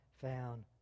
found